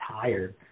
tired